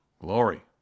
Glory